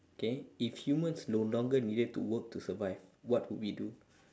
okay if humans no longer needed to work to survive what would we do